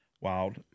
Wild